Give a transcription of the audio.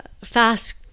fast